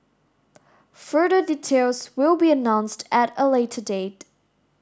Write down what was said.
further details will be announced at a later date